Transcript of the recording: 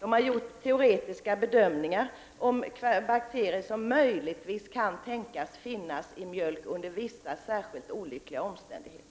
Verket har gjort teoretiska bedömningar avseende bakterier som möjligen kan tänkas finnas i mjölk under vissa särskilt olyckliga omständigheter